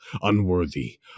Unworthy